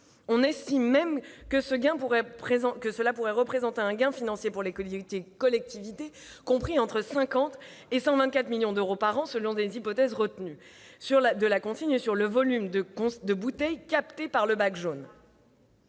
On estime même que cela pourrait représenter un gain financier pour les collectivités compris entre 50 et 124 millions d'euros par an selon les hypothèses retenues. Il s'agit là des bouteilles captées par le bac jaune.